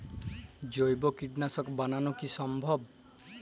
জৈব কীটনাশক বানানো কি সম্ভব?